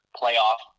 playoff